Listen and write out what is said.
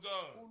God